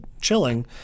chilling